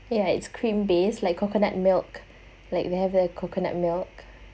ya it's cream base like coconut milk like they have that coconut milk